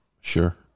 Sure